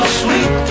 sweet